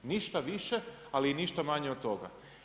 Ništa više ali i ništa manje od toga.